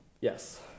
Yes